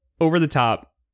over-the-top